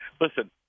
Listen